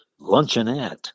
luncheonette